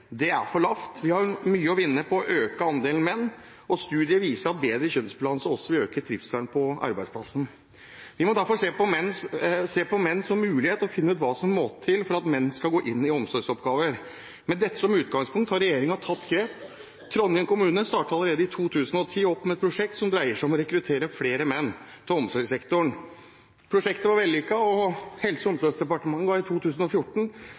Det tallet er for lavt. Vi har mye å vinne på å øke andelen menn, og studier viser at bedre kjønnsbalanse også vil øke trivselen på arbeidsplassen. Vi må derfor se på menn som en mulighet og finne ut hva som må til for at menn skal gå inn i omsorgsyrker. Med dette som utgangspunkt har regjeringen tatt grep. Trondheim kommune startet allerede i 2010 et prosjekt som dreier seg om å rekruttere flere menn til omsorgssektoren. Prosjektet var vellykket, og Helse- og omsorgsdepartementet ga i 2014